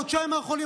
חודשיים אחרונים,